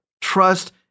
trust